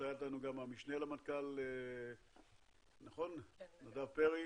נמצא איתנו גם המשנה למנכ"ל נדב פרי.